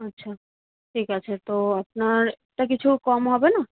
আচ্ছা ঠিক আছে তো আপনার একটা কিছু কম হবে না